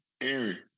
Aaron